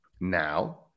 now